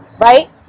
Right